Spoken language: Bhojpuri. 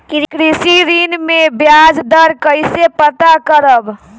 कृषि ऋण में बयाज दर कइसे पता करब?